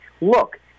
Look